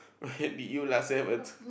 when did you last have a